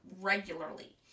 regularly